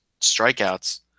strikeouts